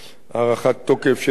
(הארכת תוקף של הוראת